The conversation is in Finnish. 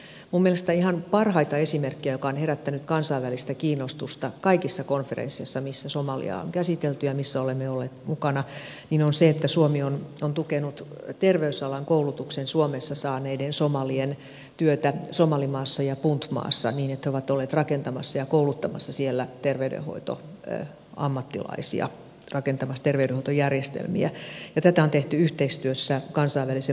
minun mielestäni ihan parhaita esimerkkejä joka on herättänyt kansainvälistä kiinnostusta kaikissa konferensseissa missä somaliaa on käsitelty ja missä olemme olleet mukana on se että suomi on tukenut terveysalan koulutuksen suomessa saaneiden somalien työtä somalimaassa ja puntmaassa niin että he ovat olleet kouluttamassa siellä terveydenhoitoammattilaisia rakentamassa terveydenhuoltojärjestelmiä ja tätä on tehty yhteistyössä kansainvälisen maahanmuuttojärjestön iomn kanssa